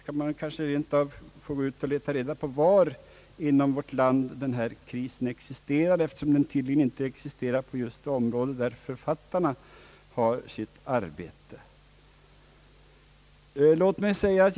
Kanske skall vi rent av gå ut och leta rätt på var denna vårdkris existerar, eftersom den tydligen inte finns i de områden där författarna har sin verksamhet.